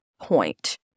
point